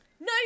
No